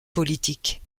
politiques